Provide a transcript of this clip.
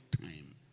time